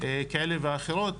כאלה ואחרות